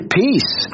peace